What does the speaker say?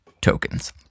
tokens